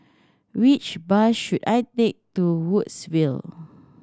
which bus should I take to Woodsville